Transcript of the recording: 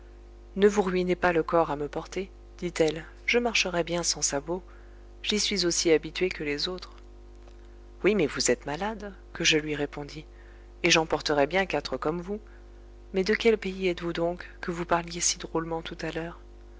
ne vous ruinez pas le corps à me porter dit-elle je marcherai bien sans sabots j'y suis aussi habituée que les autres oui mais vous êtes malade que je lui répondis et j'en porterais bien quatre comme vous mais de quel pays êtes-vous donc que vous parliez si drôlement tout à l'heure